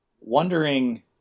wondering